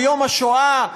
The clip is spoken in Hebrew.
ביום השואה,